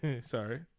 sorry